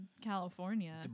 California